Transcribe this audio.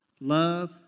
love